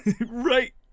Right